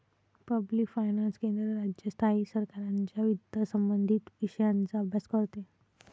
public finance केंद्र, राज्य, स्थायी सरकारांच्या वित्तसंबंधित विषयांचा अभ्यास करते